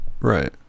right